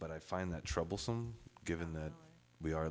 but i find that troublesome given that we are